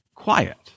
quiet